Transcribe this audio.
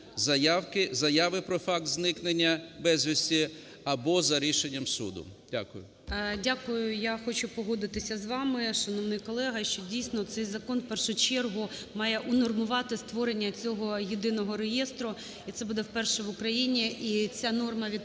заяви про факт зникнення безвісти або за рішення суду. Дякую. ГОЛОВУЮЧИЙ. Дякую. Я хочу погодитися з вами, шановний колего, що, дійсно, цей закон в першу чергу має унормувати створення цього єдиного реєстру, і це буде вперше в Україні, і ця норма відповідає